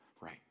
right